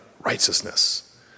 righteousness